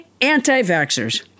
anti-vaxxers